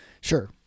Sure